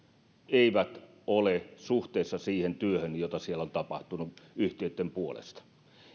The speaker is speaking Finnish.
eivät ole suhteessa siihen työhön jota siellä on tapahtunut yhtiöitten puolesta